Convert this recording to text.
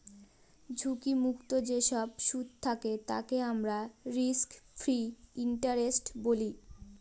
ঝুঁকি মুক্ত যেসব সুদ থাকে তাকে আমরা রিস্ক ফ্রি ইন্টারেস্ট বলি